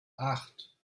acht